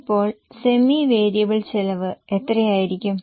ഇപ്പോൾ semi variable ചെലവ് എത്രയായിരിക്കും